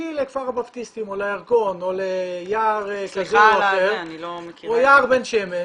לכפר הבפטיסטים או לירקון או ליער בן שמן,